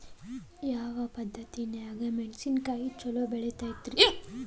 ಯಾವ ಪದ್ಧತಿನ್ಯಾಗ ಮೆಣಿಸಿನಕಾಯಿ ಛಲೋ ಬೆಳಿತೈತ್ರೇ?